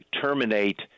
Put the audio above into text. terminate